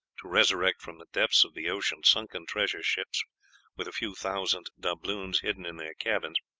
to resurrect from the depths of the ocean sunken treasure-ships with a few thousand doubloons hidden in their cabins,